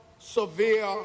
severe